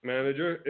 Manager